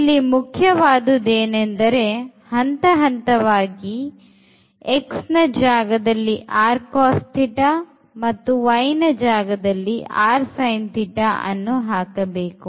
ಇಲ್ಲಿ ಮುಖ್ಯವಾದುದೆಂದರೆ ಹಂತಹಂತವಾಗಿ x ಜಾಗದಲ್ಲಿx ಮತ್ತು y ಜಾಗದಲ್ಲಿ ಅನ್ನು ಹಾಕಬೇಕು